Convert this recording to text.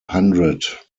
hundred